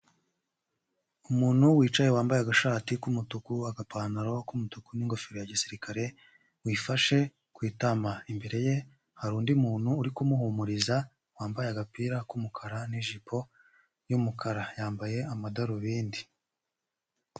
Umuntu wicaye wambaye agashati k'umutuku, agapantaro k'umutuku, n'ingofero ya gisirikare wifashe ku itama, imbere ye hari undi muntu uri kumuhumuriza wambaye agapira k'umukara n'ijipo y'umukara, yambaye amadarubindi.